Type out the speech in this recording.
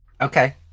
Okay